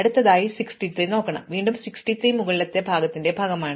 ഇപ്പോൾ ഞാൻ 63 നോക്കുന്നു വീണ്ടും 63 മുകളിലെ ഭാഗത്തിന്റെ ഭാഗമാണ്